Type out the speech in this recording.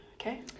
Okay